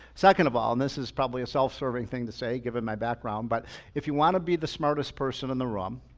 second of all, and this is probably a self serving thing to say, given my background, but if you want to be the smartest person in the realm,